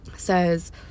says